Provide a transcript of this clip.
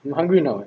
you hungry or not